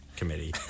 committee